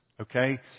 okay